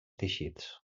teixits